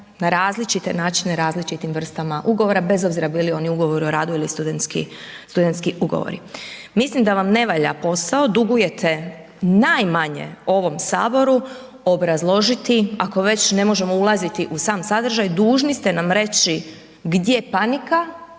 na različite načine različitim vrstama ugovora bez obzira bili oni Ugovori o radu ili studentski, studentski ugovori. Mislim da vam ne valja posao, dugujete najmanje ovom Saboru obrazložiti, ako već ne možemo ulaziti u sam sadržaj, dužni ste nam reći gdje je panika,